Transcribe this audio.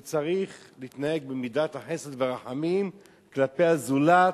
הוא צריך להתנהג במידת החסד והרחמים כלפי הזולת,